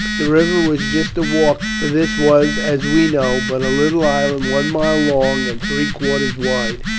the river was just a walk for this was, as we know, but a little island one mile long and three-quarters wide,